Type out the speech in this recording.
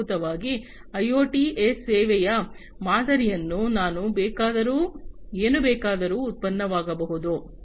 ಮೂಲಭೂತವಾಗಿ IoT as a ಸೇವೆಯ ಮಾದರಿಯಲ್ಲಿ ಏನು ಬೇಕಾದರೂ ಉತ್ಪನ್ನವಾಗಬಹುದು